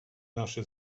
наше